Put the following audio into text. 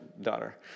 daughter